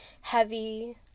heavy